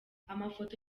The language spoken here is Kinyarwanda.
amafoto